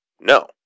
No